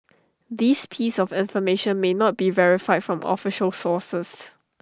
this piece of information may not be verified from official sources